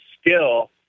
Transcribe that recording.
skill